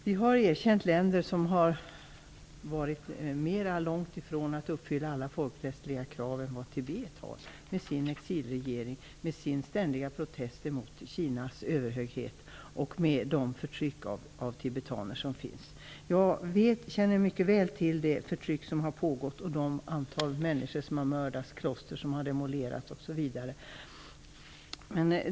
Vi har erkänt länder som har varit längre ifrån att uppfylla folkrättsliga krav än vad Tibet är med sin exilregering och ständiga protest mot Kinas överhöghet och med det förtryck av tibetaner som sker. Jag känner mycket väl till det förtryck som har förekommit och det antal människor som har mördats, det antal kloster som har demolerats osv.